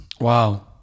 Wow